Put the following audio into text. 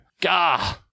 Gah